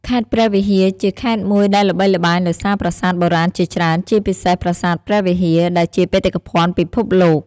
ខេត្តព្រះវិហារជាខេត្តមួយដែលល្បីល្បាញដោយសារប្រាសាទបុរាណជាច្រើន ជាពិសេស ប្រាសាទព្រះវិហារ ដែលជាបេតិកភណ្ឌពិភពលោក។